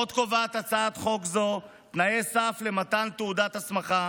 עוד קובעת הצעת חוק זו תנאי סף למתן תעודת הסמכה,